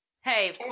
Hey